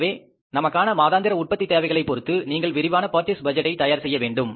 எனவே நமக்கான மாதாந்திர உற்பத்தி தேவைகளைப் பொறுத்து நீங்கள் விரிவான பர்சேஸ் பட்ஜெட்டை தயார் செய்ய வேண்டும்